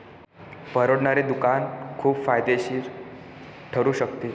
परवडणारे दुकान खूप फायदेशीर ठरू शकते